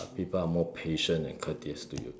people are more patient and courteous to you